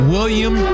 William